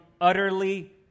utterly